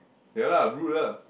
ya lah rude lah